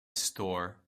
store